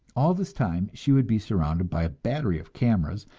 all this time she would be surrounded by a battery of cameras,